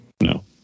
No